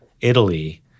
Italy